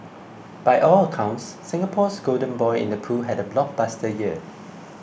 by all accounts Singapore's golden boy in the pool had a blockbuster year